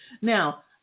Now